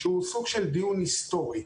שהוא סוג של דיון היסטורי.